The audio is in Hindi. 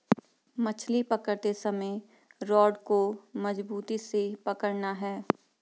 मछली पकड़ते समय रॉड को मजबूती से पकड़ना है